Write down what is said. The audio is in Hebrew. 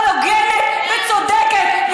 אבל הוגנת וצודקת,